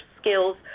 skills